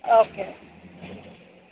okay